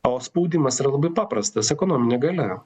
o spaudimas yra labai paprastas ekonominė galia